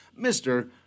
mr